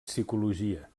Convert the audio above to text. psicologia